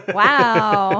wow